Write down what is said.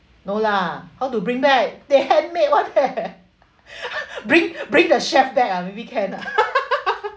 no lah how to bring back they handmade what there bring bring the chef back ah maybe can ah